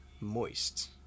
moist